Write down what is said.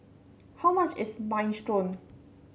how much is Minestrone